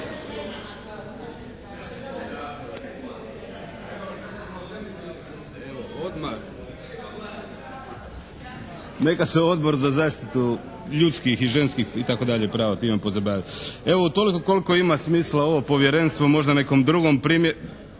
Neka se Odbor za zaštitu ljudskim i ženskih itd. prava time pozabavi. Evo toliko koliko ima smisla, ovo povjerenstvo možda nekom drugom prilikom